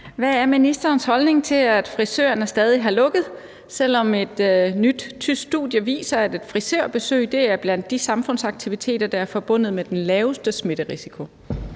Hvad er ministerens holdning til, at frisørerne stadig har lukket, selv om et nyt tysk studie viser, at et frisørbesøg er blandt de samfundsaktiviteter, der er forbundet med lavest smitterisiko?